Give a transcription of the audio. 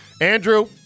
Andrew